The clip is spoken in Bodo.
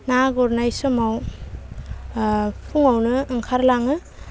ना गुरनाय समाव फुङावनो ओंखारलाङो